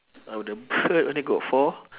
ah the bird only got four